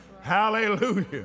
Hallelujah